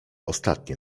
ostatnie